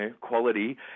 quality